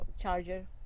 charger